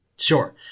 Sure